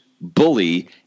bully